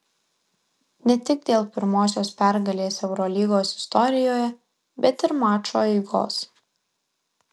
ne tik dėl pirmosios pergalės eurolygos istorijoje bet ir mačo eigos